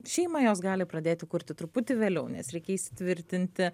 šeimą jos gali pradėti kurti truputį vėliau nes reikia įsitvirtinti